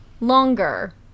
longer